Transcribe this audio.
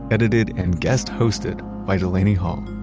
edited and guest hosted by delaney hall,